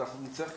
אז נצטרך,